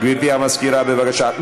גברתי, המזכירה, בבקשה.